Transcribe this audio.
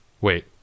Wait